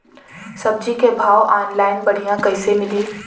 सब्जी के भाव ऑनलाइन बढ़ियां कइसे मिली?